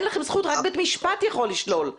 רק בית משפט יכול לשלול.